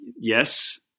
Yes